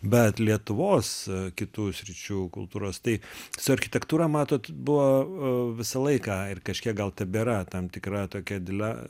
bet lietuvos kitų sričių kultūros tai su architektūra matot buvo e visą laiką ir kažkiek gal tebėra tam tikra tokia dile